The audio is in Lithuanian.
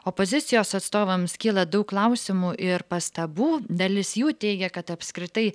opozicijos atstovams kyla daug klausimų ir pastabų dalis jų teigia kad apskritai